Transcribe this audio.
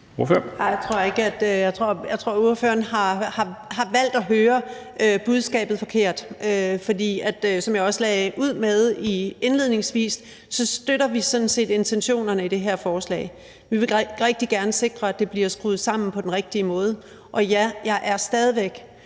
Jeg tror, at ordføreren har valgt at høre budskabet forkert. For som jeg også lagde ud med indledningsvis, støtter vi sådan set intentionerne i det her forslag. Vi vil rigtig gerne sikre, at det bliver skruet sammen på den rigtige måde. Og ja, jeg er stadig væk